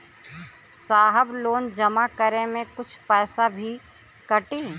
साहब लोन जमा करें में कुछ पैसा भी कटी?